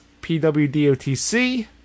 PWDOTC